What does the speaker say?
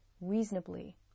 reasonably